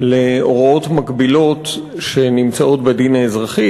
להוראות מקבילות שנמצאות בדין האזרחי.